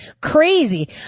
crazy